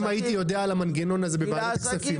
אם הייתי יודע על המנגנון הזה בוועדת הכספים,